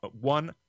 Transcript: one